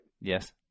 Yes